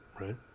right